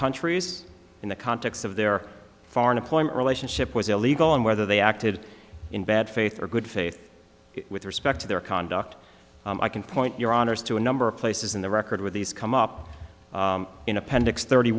countries in the context of their foreign employment relationship was illegal and whether they acted in bad faith or good faith with respect to their conduct i can point your honour's to a number of places in the record with these come up in appendix thirty